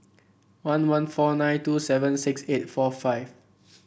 one one four nine two seven six eight four five